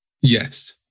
Yes